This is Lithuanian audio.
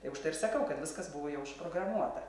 tai už tai ir sakau kad viskas buvo jau užprogramuota